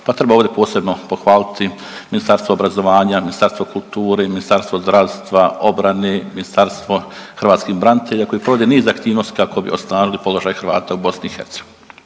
pa treba ovdje posebno pohvaliti Ministarstvo obrazovanja, Ministarstvo kulture i Ministarstvo zdravstva, obrane, Ministarstvo hrvatskih branitelja koji provode niz aktivnosti kako bi osnažili položaj Hrvata u BiH.